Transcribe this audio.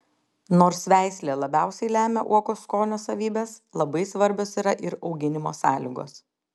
nors veislė labiausiai lemia uogos skonio savybes labai svarbios yra ir auginimo sąlygos